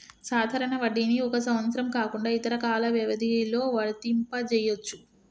సాధారణ వడ్డీని ఒక సంవత్సరం కాకుండా ఇతర కాల వ్యవధిలో వర్తింపజెయ్యొచ్చు